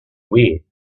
wii